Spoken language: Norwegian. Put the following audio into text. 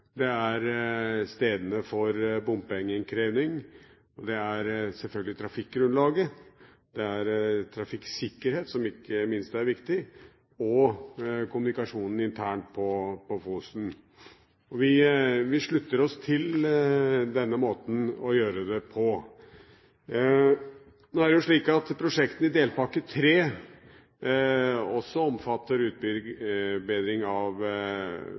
det er stedene for bompengeinnkreving, det er selvfølgelig trafikkgrunnlaget, det er trafikksikkerhet, som ikke minst er viktig, og det er kommunikasjonen internt på Fosen. Vi slutter oss til denne måten å gjøre det på. Prosjektene i delpakke 3 omfatter også utbedring av